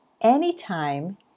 anytime